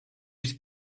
yüz